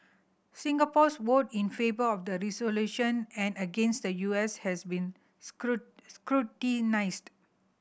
Singapore's vote in favour of the resolution and against the U S has been scrutinised